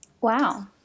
Wow